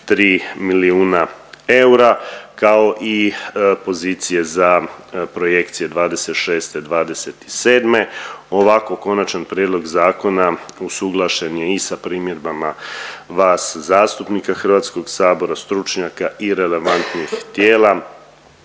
milijuna eura kao i pozicije za projekcije '26.-'27. Ovako konačan prijedlog zakona usuglašen je i sa primjedbama vas zastupnika HS-a, stručnjaka i relevantnih tijela